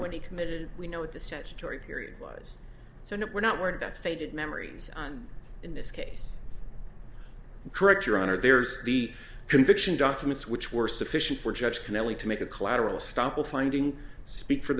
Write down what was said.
what he committed we know what the statutory period was so that we're not worried about faded memories in this case correct your honor there's the conviction documents which were sufficient for judge conelly to make a collateral stop of finding speak for